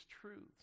truths